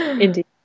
indeed